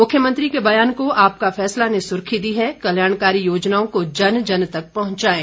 मुख्यमंत्री के बयान को आपका फैसला ने सुर्खी दी है कल्याणकारी योजनाओं को जन जन तक पहुंचाएं